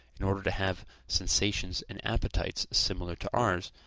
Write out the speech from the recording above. in order to have sensations and appetites similar to ours,